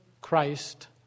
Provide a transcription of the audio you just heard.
Christ